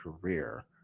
career